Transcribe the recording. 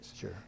sure